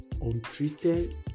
untreated